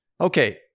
Okay